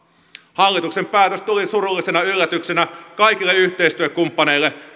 hallituksen päätös tuli surullisena yllätyksenä kaikille yhteistyökumppaneille